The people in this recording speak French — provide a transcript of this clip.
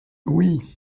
oui